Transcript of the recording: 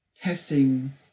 testing